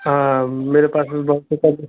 हाँ मेरे पास बहुत पर